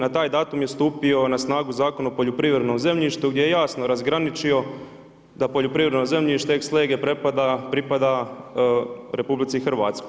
Na taj datum je stupio na snagu Zakon o poljoprivrednom zemljištu, gdje je jasno razgraničio da poljoprivredno zemljište ex lege pripada RH.